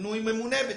מינוי ממונה בטיחות.